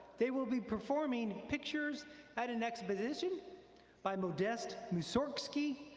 they will be performing pictures at an exhibition by modest mussorgsky,